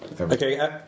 Okay